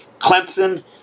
Clemson